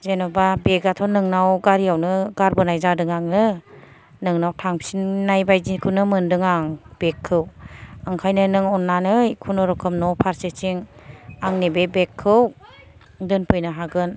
जेन'बा बेगआथ' नोंनाव गारियावनो गारबोनाय जादों आङो नोंनाव थांफिननाय बादिखौनो मोन्दों आं बेगखौ ओंखायनो नों अननानै खुनुरुखुम न' फारसेथिं आंनि बे बेगखौ दोनफैनो हागोन